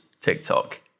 TikTok